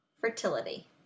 fertility